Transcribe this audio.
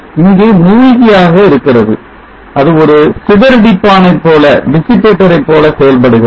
இங்கே மூழ்கியாக இருக்கிறது அது ஒரு சிதறடிப்பானை போல செயல்படுகிறது